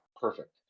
perfect